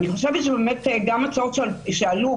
אני חושבת שגם ההצעות שעלו,